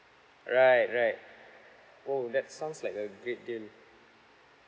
right right oh that sounds like a great deal